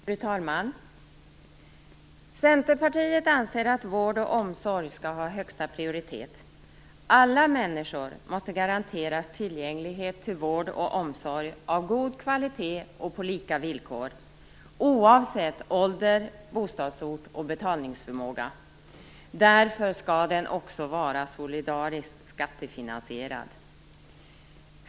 Fru talman! Centerpartiet anser att vård och omsorg skall ha högsta prioritet. Alla människor måste garanteras tillgänglighet till vård och omsorg av god kvalitet och på lika villkor - oavsett ålder, bostadsort och betalningsförmåga. Därför skall vården också vara solidariskt skattefinansierad.